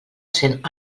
sent